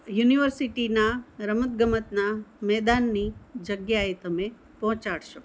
યુનિવર્સિટીનાં રમતગમતનાં મેદાનની જગ્યાએ તમે પહોંચાડશો